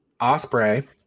Osprey